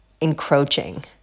encroaching